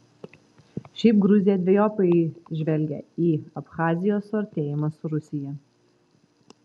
šiaip gruzija dvejopai žvelgia į abchazijos suartėjimą su rusija